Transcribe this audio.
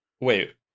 wait